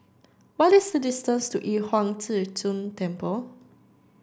what is the distance to Yu Huang Zhi Zun Temple